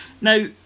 Now